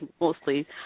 mostly